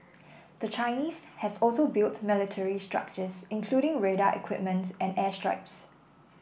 the Chinese has also built military structures including radar equipment and airstrips